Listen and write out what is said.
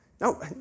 no